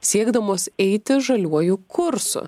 siekdamos eiti žaliuoju kursu